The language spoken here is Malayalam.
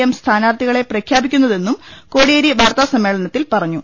എം സ്ഥാനാർത്ഥികളെ പ്രഖ്യാപിക്കുന്നതെന്നും കോടിയേരി വാർത്താ സമ്മേള നത്തിൽ പറഞ്ഞു